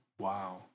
Wow